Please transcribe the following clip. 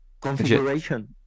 configuration